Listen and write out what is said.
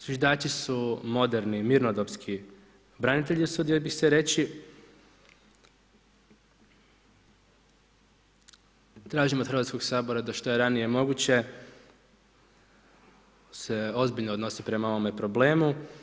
Zviždači su moderni, mirnodopski branitelji, usudio bi se reći, tražim od Hrvatskog sabora, da što je ranije moguće, se ozbiljno odnosi prema ovome problemu.